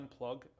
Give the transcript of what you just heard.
unplug